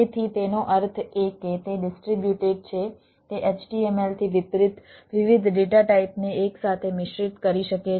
તેથી તેનો અર્થ એ કે તે ડિસ્ટ્રિબ્યુટેડ છે તે HTML થી વિપરીત વિવિધ ડેટા ટાઈપને એકસાથે મિશ્રિત કરી શકે છે